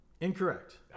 incorrect